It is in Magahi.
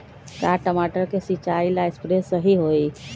का टमाटर के सिचाई ला सप्रे सही होई?